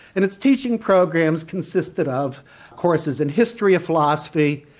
and its teaching programs consisted of courses in history of philosophy,